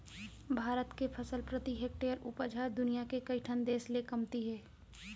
भारत के फसल प्रति हेक्टेयर उपज ह दुनियां के कइ ठन देस ले कमती हे